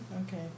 Okay